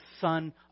son